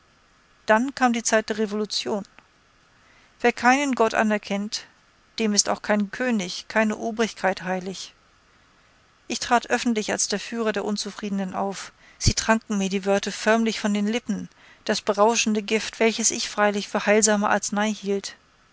dann kam die zeit der revolution wer keinen gott anerkennt dem ist auch kein könig keine obrigkeit heilig ich trat öffentlich als führer der unzufriedenen auf sie tranken mir die worte förmlich von den lippen das berauschende gift welches ich freilich für heilsame arznei hielt